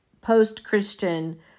post-Christian